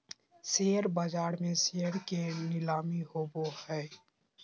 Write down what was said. share बाज़ार में share के नीलामी होबो हइ